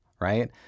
right